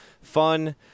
fun